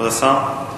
כבוד השר.